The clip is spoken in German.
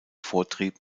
vortrieb